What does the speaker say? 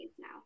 now